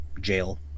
jail